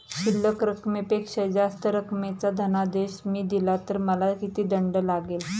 शिल्लक रकमेपेक्षा जास्त रकमेचा धनादेश मी दिला तर मला किती दंड लागेल?